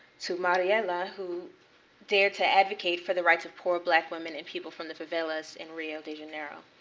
to mariella who dared to advocate for the rights of poor black women and people from the favelas in rio de janeiro.